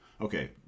Okay